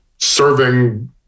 Serving